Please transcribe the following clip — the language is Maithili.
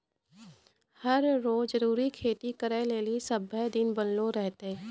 हर रो जरूरी खेती करै लेली सभ्भे दिन बनलो रहतै